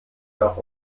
nach